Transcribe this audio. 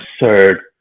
absurd